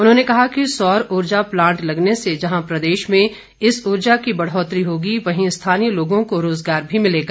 उन्होंने कहा कि सौर ऊर्जा प्लांट लगने से जहां प्रदेश में इस ऊर्जा की बढ़ोतरी होगी वहीं स्थानीय लोगों को रोजगार भी मिलेगा